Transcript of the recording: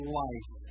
life